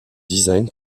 design